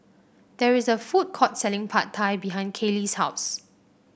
there is a food court selling Pad Thai behind Kaley's house